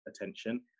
attention